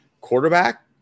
quarterback